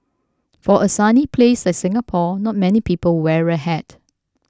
for a sunny place like Singapore not many people wear a hat